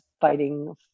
fighting